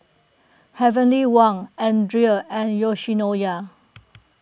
Heavenly Wang Andre and Yoshinoya